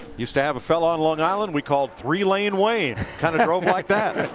used to have a fellow on long island we called three lane wayne, kind of drove like that